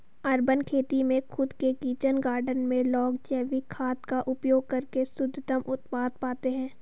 urban खेती में खुद के किचन गार्डन में लोग जैविक खाद का उपयोग करके शुद्धतम उत्पाद पाते हैं